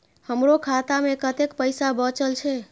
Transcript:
हमरो खाता में कतेक पैसा बचल छे?